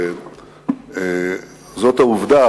זאת העובדה,